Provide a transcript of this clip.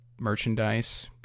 merchandise